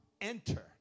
enter